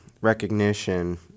recognition